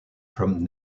from